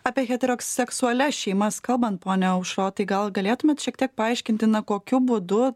apie heteroseksualias šeimas kalbant pone aušrotai gal galėtumėt šiek tiek paaiškinti na kokiu būdu